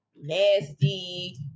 nasty